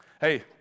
Hey